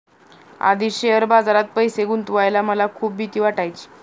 आधी शेअर बाजारात पैसे गुंतवायला मला खूप भीती वाटायची